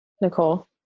Nicole